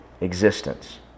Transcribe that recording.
existence